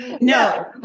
No